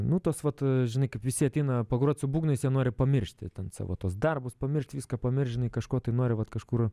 nu tos vat žinai kaip visi ateina pagrot su būgnais jie nori pamiršti savo tuos darbus pamiršt viską pamiršt kažko tai nori vat kažkur